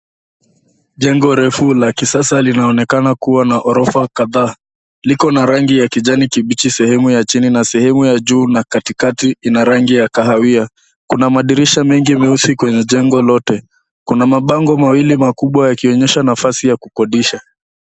Jengo refu la kisasa linaonekana kuwa na orofa kadhaa. Liko na rangi ya kijani kibichi sehemu ya chini na sehemu ya juu na katikati ina rangi ya kahawia. Kuna madirisha mengi meusi kwenye jengo lote. Kuna mabango mawili makubwa yakionyesha nafasi ya kukodisha.